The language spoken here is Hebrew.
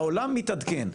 העולם מתעדכן,